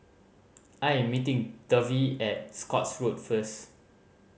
I am meeting Dovie at Scotts Road first